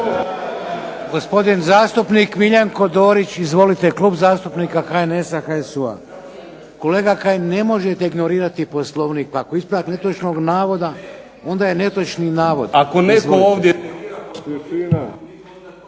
Gospodin zastupnik Miljenko Dorić, Klub zastupnika HNS-a, HSU-a. Kolega Kajin ne možete ignorirati Poslovnik. Pa ako je ispravak netočnog navoda onda je netočni navod.